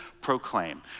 proclaim